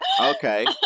okay